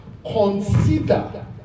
Consider